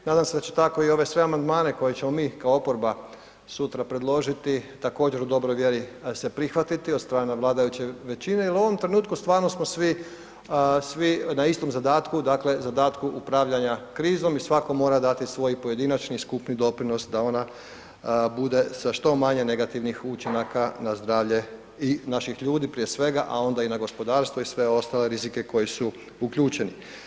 Nadam se da će tako i ove sve amandmane koje ćemo mi kao oporba sutra predložiti također u dobroj vjeri se prihvatiti od strane vladajuće većine jel u ovom trenutku smo stvarno svi, svi na istom zadatku, dakle zadatku upravljanja krizom i svatko mora dati svoj pojedinačni i skupni doprinos da ona bude sa što manje negativnih učinaka na zdravlje i naših ljudi prije svega, a onda i na gospodarstvo i sve ostale rizike koji su uključeni.